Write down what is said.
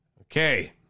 Okay